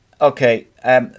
Okay